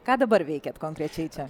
ką dabar veikiat konkrečiai čia